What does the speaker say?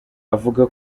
avuga